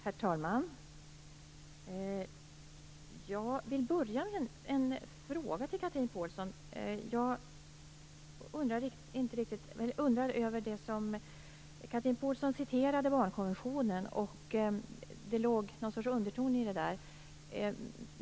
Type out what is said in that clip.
Herr talman! Jag vill börja med att ställa en fråga till Chatrine Pålsson. Hon återgav vad som står i barnkonventionen, och det låg någon sorts underton i det.